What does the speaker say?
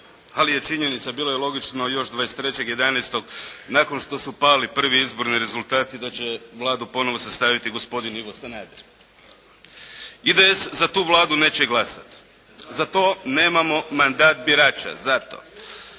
ali je činjenica, bilo je logično još 23.11. nakon što su pali prvi izborni rezultati da će Vladu ponovo sastaviti gospodin Ivo Sanader. IDS za tu Vladu neće glasati. Za to nemamo mandat birača, zato.